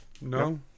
No